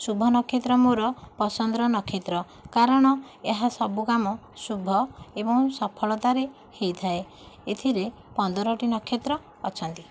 ଶୁଭ ନକ୍ଷତ୍ର ମୋର ପସନ୍ଦର ନକ୍ଷତ୍ର କାରଣ ଏହା ସବୁ କାମ ଶୁଭ ଏବଂ ସଫଳତାରେ ହୋଇଥାଏ ଏଥିରେ ପନ୍ଦରଟି ନକ୍ଷତ୍ର ଅଛନ୍ତି